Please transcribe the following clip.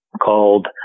called